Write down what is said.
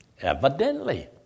Evidently